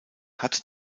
hatte